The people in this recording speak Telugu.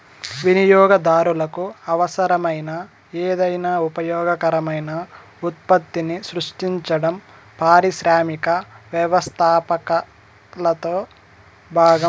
వినియోగదారులకు అవసరమైన ఏదైనా ఉపయోగకరమైన ఉత్పత్తిని సృష్టించడం పారిశ్రామిక వ్యవస్థాపకతలో భాగం